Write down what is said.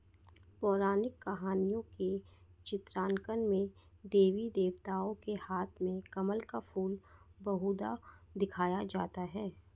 पौराणिक कहानियों के चित्रांकन में देवी देवताओं के हाथ में कमल का फूल बहुधा दिखाया जाता है